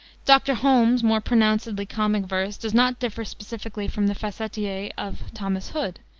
dr. holmes's more pronouncedly comic verse does not differ specifically from the facetiae of thomas hood,